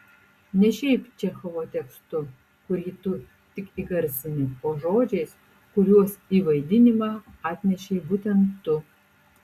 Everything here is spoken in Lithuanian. ne šiaip čechovo tekstu kurį tu tik įgarsini o žodžiais kuriuos į vaidinimą atnešei būtent tu